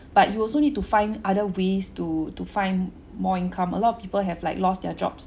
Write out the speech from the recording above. but you also need to find other ways to to find more income a lot of people have like lost their jobs